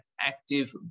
active